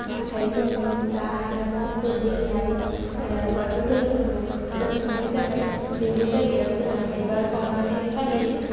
नाथाय जोंनि दा हादाबाव बोलि होनाय बाथौ धोरोमखौ दोन्थ'नाय जाबाय बे जायगायाव जोङो बिबार बावनानै फालियो